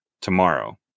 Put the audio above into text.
tomorrow